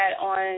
on